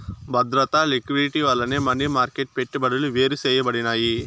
బద్రత, లిక్విడిటీ వల్లనే money market పెట్టుబడులు వేరుసేయబడినాయి